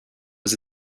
was